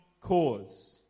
cause